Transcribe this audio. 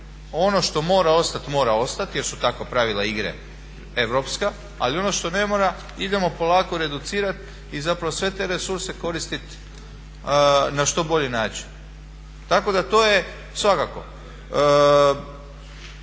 Ono što mora ostati, mora ostati jer su takva pravila igre europska ali ono što ne mora idemo polako reducirati i zapravo sve te resurse koristiti na što bolji način. Tako da to je svakako.